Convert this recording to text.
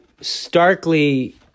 starkly